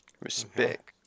Respect